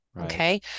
okay